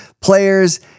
players